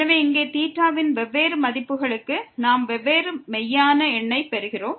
எனவே இங்கே θ ன் வெவ்வேறு மதிப்புகளுக்கு நாம் வெவ்வேறு மெய்யான எண்ணைப் பெறுகிறோம்